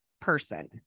person